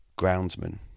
groundsman